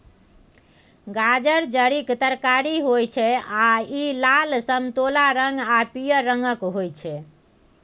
गाजर जड़िक तरकारी होइ छै आ इ लाल, समतोला रंग आ पीयर रंगक होइ छै